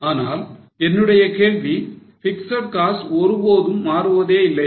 ஆனால் என்னுடைய கேள்வி பிக்ஸட் காஸ்ட் ஒருபோதும் ஏமாறுவதே இல்லையா